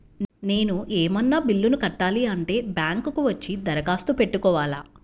నేను ఏమన్నా బిల్లును కట్టాలి అంటే బ్యాంకు కు వచ్చి దరఖాస్తు పెట్టుకోవాలా?